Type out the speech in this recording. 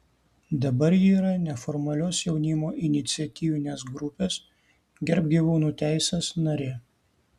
dabar ji yra neformalios jaunimo iniciatyvinės grupės gerbk gyvūnų teises narė